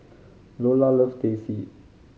Iola loves Teh C